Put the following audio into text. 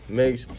makes